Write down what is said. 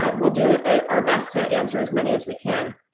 but we'll do ah our best to answer as many as we can.